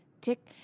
tick